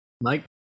Mike